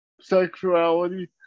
sexuality